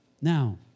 Now